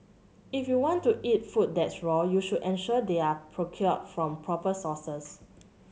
if you want to eat food that's raw you should ensure they are procured from proper sources